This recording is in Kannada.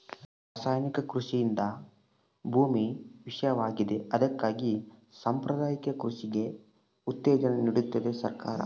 ರಾಸಾಯನಿಕ ಕೃಷಿಯಿಂದ ಭೂಮಿ ವಿಷವಾಗಿವೆ ಅದಕ್ಕಾಗಿ ಸಾಂಪ್ರದಾಯಿಕ ಕೃಷಿಗೆ ಉತ್ತೇಜನ ನೀಡ್ತಿದೆ ಸರ್ಕಾರ